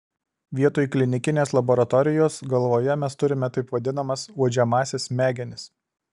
vietoj klinikinės laboratorijos galvoje mes turime taip vadinamas uodžiamąsias smegenis